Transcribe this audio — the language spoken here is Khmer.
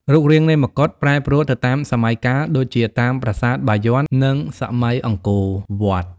រូបរាងនៃមកុដប្រែប្រួលទៅតាមសម័យកាល ដូចជាតាមប្រាសាទបាយ័ន និងសម័យអង្គរវត្ត។